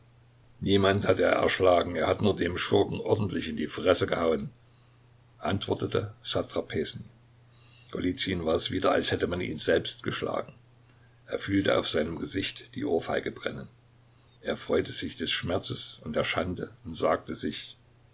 niemand hat er erschlagen er hat nur dem schurken ordentlich in die fresse gehauen antwortete satrapesnyj golizyn war es wieder als hätte man ihn selbst geschlagen er fühlte auf seinem gesicht die ohrfeige brennen er freute sich des schmerzes und der schande und sagte sich